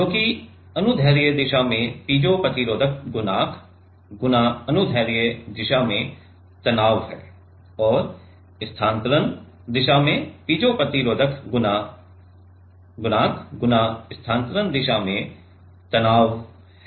जो कि अनुदैर्ध्य दिशा में पीजो प्रतिरोधक गुणांक गुणा अनुदैर्ध्य दिशा में तनाव है और स्थानान्तरण दिशा में पीजो प्रतिरोधक गुणांक गुणा स्थानान्तरण दिशा में तनाव है